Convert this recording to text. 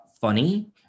funny